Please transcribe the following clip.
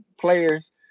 players